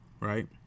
right